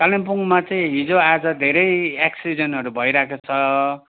कालिम्पोङमा चाहिँ हिजोआज धेरै एक्सिडेन्टहरू भइरहेको छ